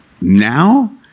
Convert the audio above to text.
Now